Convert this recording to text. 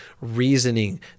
reasoning